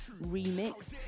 remix